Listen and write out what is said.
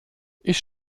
ich